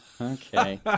Okay